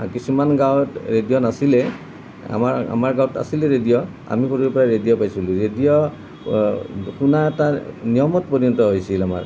আৰু কিছুমান গাঁৱত ৰেডিঅ' নাছিলে আমাৰ আমাৰ গাঁৱত আছিলে ৰেডিঅ' আমি সৰুৰে পৰা ৰেডিঅ' পাইছিলোঁ ৰেডিঅ' শুনা এটা নিয়মত পৰিণত হৈছিল আমাৰ